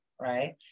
right